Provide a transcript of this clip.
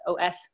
OS